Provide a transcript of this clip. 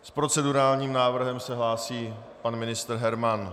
S procedurálním návrhem se hlásí pan ministr Herman.